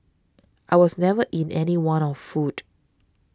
I was never in any want of food